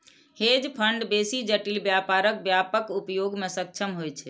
hedge fund बेसी जटिल व्यापारक व्यापक उपयोग मे सक्षम होइ छै